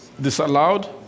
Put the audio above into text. disallowed